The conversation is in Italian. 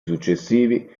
successivi